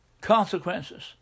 consequences